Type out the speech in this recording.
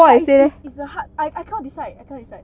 but if if is a hard I can't decide I can't decide